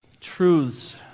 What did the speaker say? truths